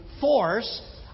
force